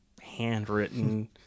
handwritten